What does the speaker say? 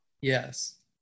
Yes